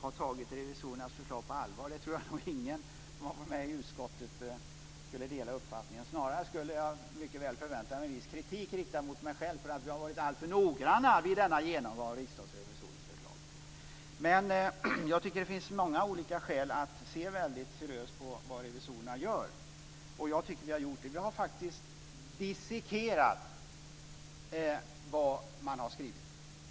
ha tagit revisorernas förslag på allvar är nog en uppfattning som ingen som varit med i utskottet delar. Snarare skulle jag mycket väl kunna vänta mig viss kritik riktad mot mig själv därför att vi vid denna genomgång av riksdagsrevisorernas förslag varit alltför noggranna. Det finns många olika skäl att se väldigt seriöst på vad revisorerna gör; det tycker jag att vi också har gjort. Vi har faktiskt dissekerat vad man har skrivit.